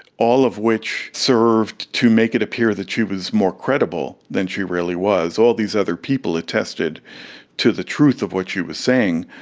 all of which served to make it appear that she was more credible than she really was. all these other people attested to the truth of what she was saying,